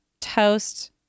toast